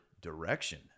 direction